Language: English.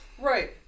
Right